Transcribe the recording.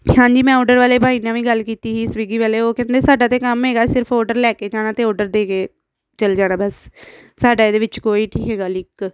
ਹਾਂਜੀ ਮੈਂ ਔਡਰ ਵਾਲੇ ਭਾਈ ਨਾਲ ਵੀ ਗੱਲ ਕੀਤੀ ਸੀ ਸਵੀਗੀ ਵਾਲੇ ਉਹ ਕਹਿੰਦੇ ਸਾਡਾ ਤਾਂ ਕੰਮ ਹੈਗਾ ਸਿਰਫ਼ ਔਡਰ ਲੈ ਕੇ ਜਾਣਾ ਅਤੇ ਔਡਰ ਦੇ ਕੇ ਚਲ ਜਾਣਾ ਬਸ ਸਾਡਾ ਇਹਦੇ ਵਿੱਚ ਕੋਈ ਲਿਕ